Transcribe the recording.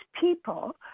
people